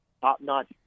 top-notch